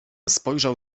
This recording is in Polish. spojrzał